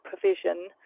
provision